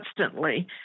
constantly